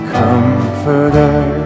comforter